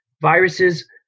Viruses